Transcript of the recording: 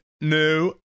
new